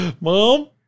Mom